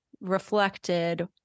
reflected